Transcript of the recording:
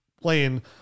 playing